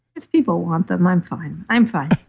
if people want them, i'm fine. i'm fine.